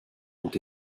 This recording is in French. ont